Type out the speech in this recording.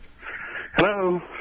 Hello